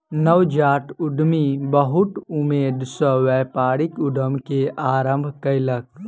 नवजात उद्यमी बहुत उमेद सॅ व्यापारिक उद्यम के आरम्भ कयलक